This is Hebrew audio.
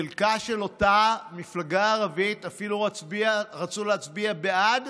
חלקים של אותה מפלגה ערבית אפילו רצו להצביע בעד